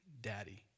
daddy